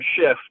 shift